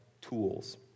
tools